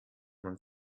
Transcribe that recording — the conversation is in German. man